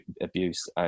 abuse